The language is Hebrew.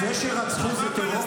זה שרצחו זה טרור?